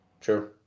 True